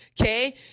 Okay